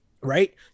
right